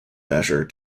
measure